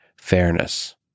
fairness